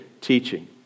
teaching